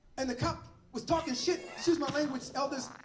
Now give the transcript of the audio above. and the cop was talking shit excuse my language, elders.